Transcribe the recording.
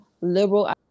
liberal